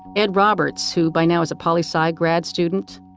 ed roberts, who by now is a poli sci grad student.